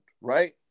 right